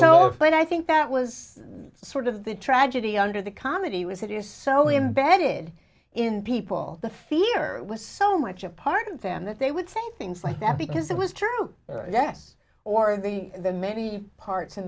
know but i think that was sort of the tragedy under the comedy was it is so imbedded in people the fear was so much a part of them that they would say things like that because it was true yes or of the many parts in